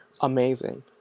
amazing